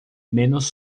menos